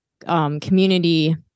community